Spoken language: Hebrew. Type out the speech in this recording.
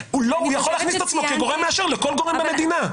הוא יכול להכניס את עצמו כגורם מאשר לכל גורם במדינה.